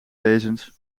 wezens